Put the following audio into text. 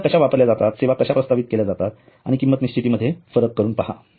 सुविधा कश्या वापरल्या जातात सेवा कश्या प्रस्तावित केले जातात आणि किंमत निश्चिती यामध्ये फरक करून पहा